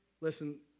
Listen